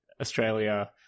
Australia